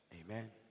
Amen